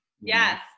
yes